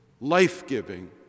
life-giving